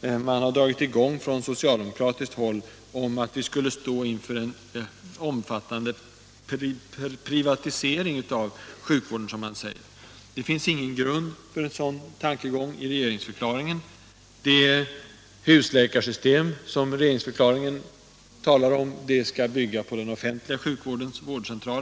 man har dragit i gång på socialdemokratiskt håll om att vi skulle stå inför en omfattande ”privatisering av sjukvården”, som man säger. Det finns ingen grund för en sådan tankegång i regeringsförklaringen. Det husläkarsystem som regeringsförklaringen talar om skall bygga på den offentliga sjukvårdens vårdcentraler.